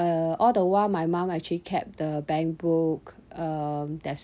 uh all the while my mum actually kept the bank book um that's